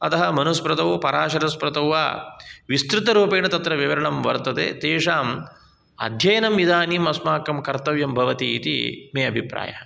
अतः मनुस्मृतौ पराशरस्मृतौ वा विस्तृतरूपेण विवरणं वर्तते तेषाम् अध्ययनम् इदानीम् अस्माकं कर्तव्यं भवति इति मे अभिप्रायः